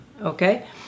okay